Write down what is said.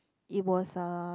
it was a